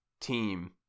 team